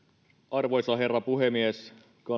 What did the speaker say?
arvoisa herra puhemies kannatan